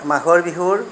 মাঘৰ বিহুৰ